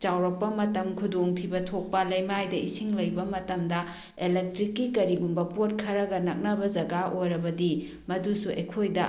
ꯆꯥꯎꯔꯛꯄ ꯃꯇꯝ ꯈꯨꯗꯣꯡ ꯊꯤꯕ ꯊꯣꯛꯄ ꯂꯩꯃꯥꯏꯗ ꯏꯁꯤꯡ ꯂꯩꯕ ꯃꯇꯝꯗ ꯏꯂꯦꯛꯇ꯭ꯔꯤꯛꯀꯤ ꯀꯔꯤꯒꯨꯝꯕ ꯄꯣꯠ ꯈꯔꯒ ꯅꯛꯅꯕ ꯖꯒꯥ ꯑꯣꯏꯔꯕꯗꯤ ꯃꯗꯨꯁꯨ ꯑꯩꯈꯣꯏꯗ